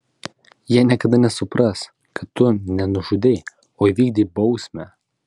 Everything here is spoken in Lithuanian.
jie niekada nesupras kad tu ne nužudei o įvykdei bausmę